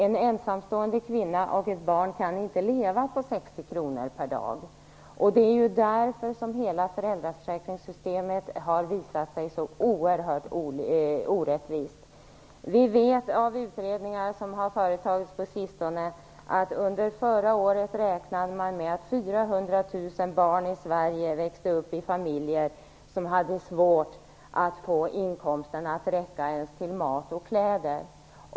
En ensamstående kvinna och ett barn kan inte leva på 60 kr per dag. Därför är föräldraförsäkringssystemet oerhört orättvist. Vi vet av utredningar som har genomförts på sistone att man förra året räknade med att 400 000 barn i Sverige växer upp i familjer som har svårt att få inkomsten att räcka ens till mat och kläder.